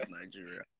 nigeria